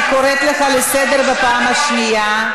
אני קוראת אותך לסדר פעם שנייה.